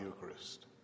Eucharist